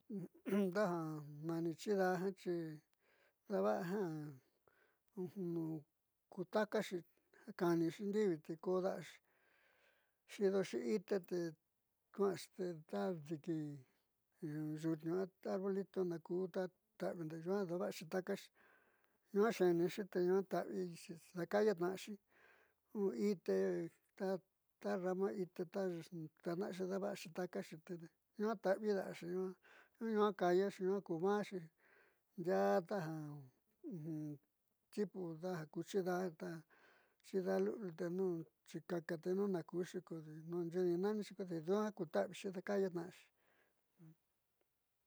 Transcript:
Nu ka'a nani chida'a jiaaxi daava'a ja ku takaxi kaanixi ndiviti koo da'axi xiidoxi ite te kua'axi ta diki yutniu ta arbolito najku ta taavi te nduaa dava'axi takaxi nuaá xe'enixi te ñuaá taavi dakaayatna'axi ju ite ta rama ite ta tatnaaxi dava'axi takaxi tedi nuaá ta'avi da'axi nuaa kayaxi nua'a k aaxi ndiaa ta tipo deja ku chidaá ta chidaa lu'uliu teni chikaka tenu na kuxi kodi xiidinnanixi ko duaá kuta'avixi daakayatna'axi.